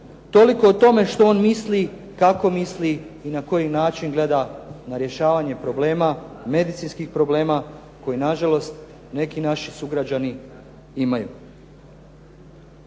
Toliko o tome što on misli, kako misli i na koji način misli na rješavanje problema, medicinskih problema, koje na žalost neki naši sugrađani imaju.